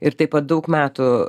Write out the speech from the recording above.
ir taip pat daug metų